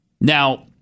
Now